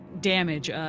damage